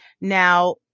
Now